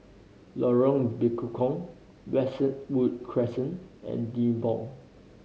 Lorong Bekukong Westwood Crescent and Nibong